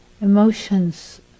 Emotions